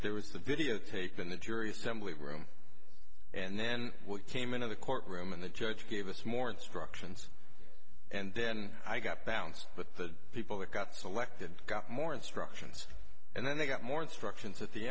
there was the videotape in the jury assembly room and then we came into the courtroom and the judge gave us more instructions and then i got bounced but the people that got selected got more instructions and then they got more instructions at the